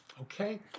okay